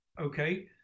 okay